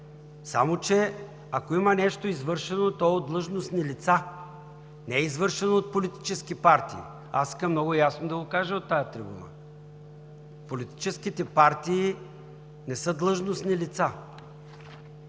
Само че ако има нещо извършено, то е от длъжностни лица, не е извършено от политически партии – искам много ясно да го кажа от тази трибуна! Политическите партии не са длъжностни лица.